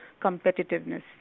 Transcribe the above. competitiveness